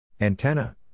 Antenna